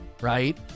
right